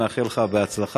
מאחל לך הצלחה.